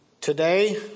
today